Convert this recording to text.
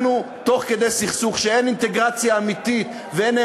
אנחנו בסכסוך ואין אינטגרציה אמיתית ואין